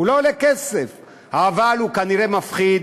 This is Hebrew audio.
הוא לא עולה כסף, אבל הוא כנראה מפחיד